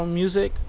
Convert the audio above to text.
music